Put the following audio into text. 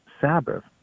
Sabbath